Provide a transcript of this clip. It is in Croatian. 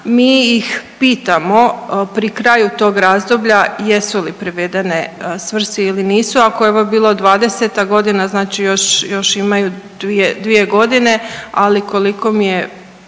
Mi ih pitamo pri kraju tog razdoblja jesu li privedene svrsi ili nisu, ako je ovo bila '20. g., znači još imaju 2 godine, ali koliko mi je